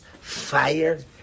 fire